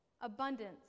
abundance